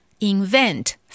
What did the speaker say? Invent